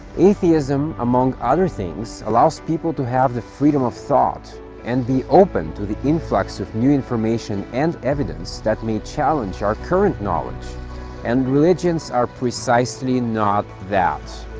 atheism among other things allows people to have the freedom of thought and be open to the influx of new information and evidence that may challenge our current knowledge and religions are precisely not that